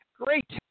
great